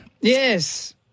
Yes